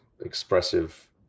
expressive